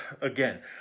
again